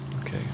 Okay